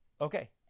Okay